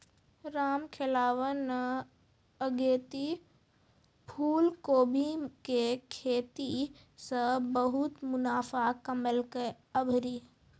रामखेलावन न अगेती फूलकोबी के खेती सॅ बहुत मुनाफा कमैलकै आभरी